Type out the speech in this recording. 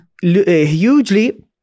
hugely